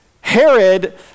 Herod